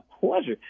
pleasure